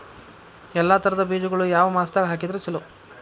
ಎಲ್ಲಾ ತರದ ಬೇಜಗೊಳು ಯಾವ ಮಾಸದಾಗ್ ಹಾಕಿದ್ರ ಛಲೋ?